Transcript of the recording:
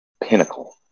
pinnacle